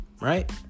Right